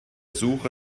suche